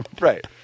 Right